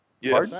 Yes